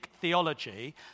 theology